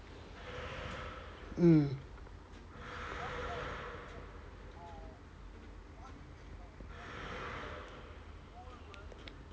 mm